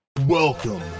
Welcome